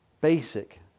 basic